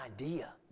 idea